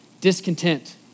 discontent